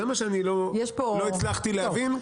זה משהו שלא הצלחתי להבין.